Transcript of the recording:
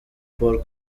paul